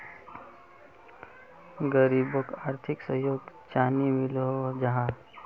गरीबोक आर्थिक सहयोग चानी मिलोहो जाहा?